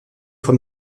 vom